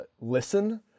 listen